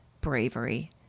bravery